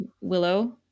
Willow